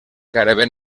gairebé